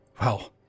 Well